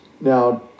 Now